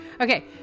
Okay